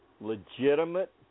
legitimate